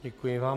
Děkuji vám.